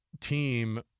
team